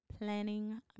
planning